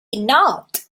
not